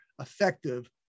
effective